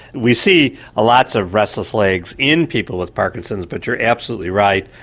we see lots of restless legs in people with parkinson's but you're absolutely right,